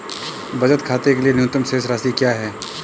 बचत खाते के लिए न्यूनतम शेष राशि क्या है?